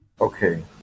Okay